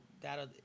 that'll